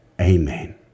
Amen